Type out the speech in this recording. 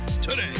today